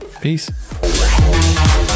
peace